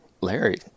Larry